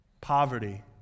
poverty